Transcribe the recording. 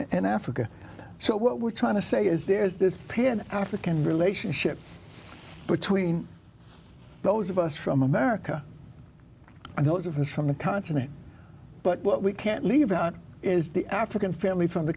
in africa so what we're trying to say is there is this pin african relationship between those of us from america and those of us from the continent but what we can't leave out is the african family from the